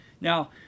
Now